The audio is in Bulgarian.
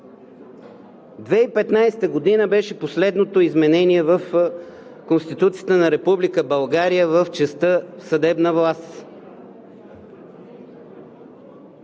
2015 г. беше последното изменение в Конституцията на Република България в частта „Съдебна власт“.